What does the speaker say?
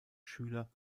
schüler